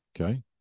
Okay